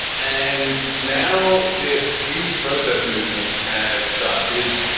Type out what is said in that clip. and now this huge protest movement has started,